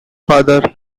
father